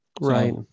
Right